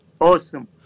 awesome